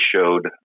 showed